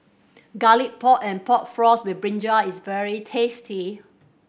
Garlic Pork and Pork Floss with brinjal is very tasty